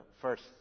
first